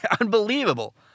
unbelievable